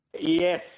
Yes